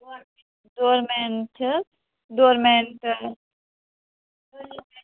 ڈور مینٹہٕ چھِ حظ ڈور مینٹہٕ